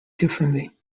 differently